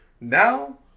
Now